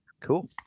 cool